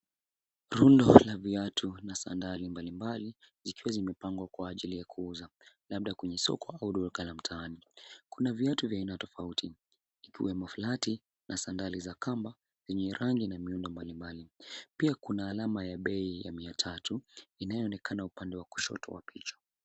Rundo la viatu na sandali mbali mbali zikiwa zimepagwa kwa ajili ya kuuza labda kwenye soko au duka la mtaani kuna viatu vya aina tofauti ikiwemo [flati] na sandali za kamba zenye rangi na miundo mbali mbali. Pia kuna alama ya bei ya mia tatu inayoonekana upande wa kushoto wa picha.